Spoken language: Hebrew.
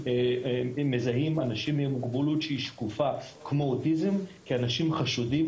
מזהים אנשים עם מוגבלות שהיא שקופה כמו אוטיזם כאנשים חשודים,